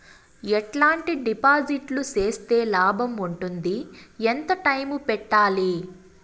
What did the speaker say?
ఎట్లాంటి డిపాజిట్లు సేస్తే లాభం ఉంటుంది? ఎంత టైము పెట్టాలి?